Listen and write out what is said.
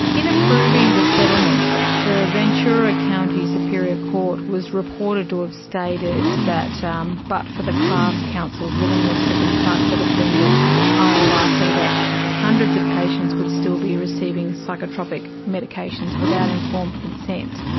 in approving the settlement, the ventura county superior court was reported to have stated that um but for the class counsel's willingness to confront the defendant, it is highly likely that hundreds of patients would still be receiving psychotropic medications without informed consent.